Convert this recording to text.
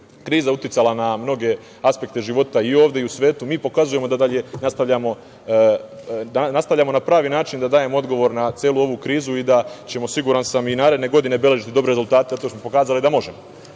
kriza uticala na mnoge aspekte života i ovde i u svetu, mi pokazujemo da dalje nastavljamo na pravi način, da dajemo odgovor na celu ovu krizu i da ćemo, siguran sam, i naredne godine beležiti dobre rezultate, a to smo pokazali da možemo. Rako